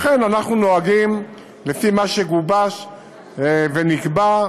אנחנו נוהגים לפי מה שגובש ונקבע,